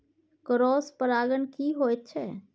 Cross परागण की होयत छै?